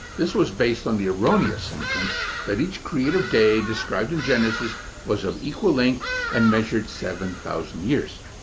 this was based on the erroneous assumption that each creative day described in genesis was of equal length and measured seven thousand years.